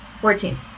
Fourteen